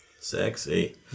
sexy